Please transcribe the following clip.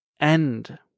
end